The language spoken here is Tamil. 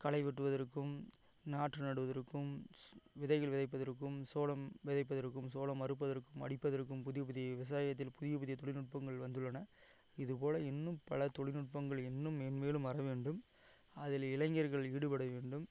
களை வெட்டுவதற்கும் நாற்று நடுவதற்கும் ஸ் விதைகள் விதைப்பதற்கும் சோளம் விதைப்பதற்கும் சோளம் அறுப்பதற்கும் அடிப்பதற்கும் புதிய புதிய விவசாயத்தில் புதிய புதிய தொழில் நுட்பங்கள் வந்துள்ளன இதுபோல இன்னும் பல தொழில் நுட்பங்கள் இன்னும் மென்மேலும் வர வேண்டும் அதில் இளைஞர்கள் ஈடுபட வேண்டும்